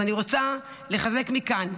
אז אני רוצה לחזק מכאן,